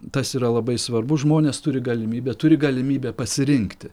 tas yra labai svarbu žmonės turi galimybę turi galimybę pasirinkti